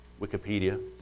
Wikipedia